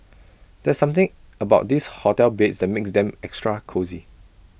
there's something about this hotel beds that makes them extra cosy